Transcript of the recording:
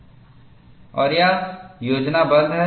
और यह योजनाबद्ध है